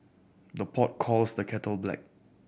the pot calls the kettle black